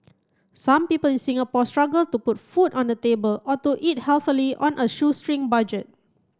some people in Singapore struggle to put food on the table or to eat healthily on a shoestring budget